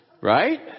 right